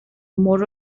more